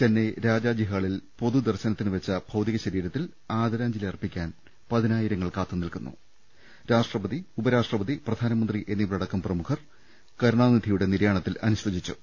ചെന്നൈ രാജാജി ഹാളിൽ പൊതുദർശനത്തിനുവെച്ച ഭൌതികശരീരത്തിൽ ആദരാഞ്ജലി അർപ്പിക്കാൻ പതിനായിരങ്ങൾ കാത്തുനിൽക്കുന്നു രാഷ്ട്രപതി ഉപരാഷ്ട്രപതി പ്രധാനമന്ത്രി എന്നിവരടക്കം പ്രമുഖർ കരു ണാനിധിയുടെ നിര്യാണത്തിൽ അനുശോചിച്ചു